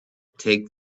take